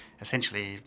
essentially